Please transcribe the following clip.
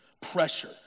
pressure